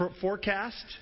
forecast